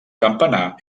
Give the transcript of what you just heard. campanar